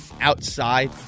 outside